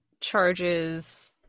charges